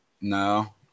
No